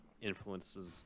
influences